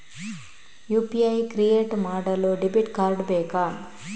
UPI create ಮಾಡಲು debit card ಬೇಕಾ?